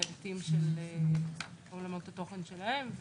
בהיבטים של עולמות התוכן שלהם,